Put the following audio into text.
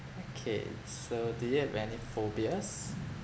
okay so do you have any phobias